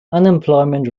unemployment